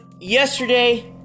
yesterday